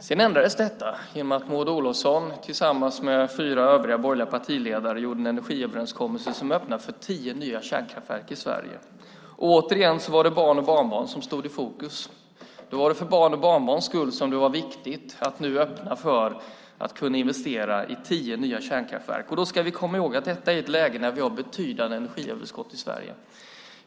Sedan ändrades detta i och med att Maud Olofsson tillsammans med övriga borgerliga partiledare gjorde en energiöverenskommelse som öppnade för tio nya kärnkraftverk i Sverige. Åter var det barn och barnbarn som stod i fokus. Det var för barns och barnbarns skull som det var viktigt att öppna för att kunna investera i tio nya kärnkraftverk. Då ska vi komma ihåg att detta görs i ett läge när vi har betydande energiöverskott i Sverige.